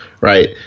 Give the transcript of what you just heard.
right